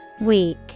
Weak